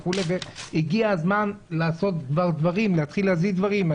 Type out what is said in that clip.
הגיע הזמן לעשות כבר דברים, להתחיל להזיז דברים.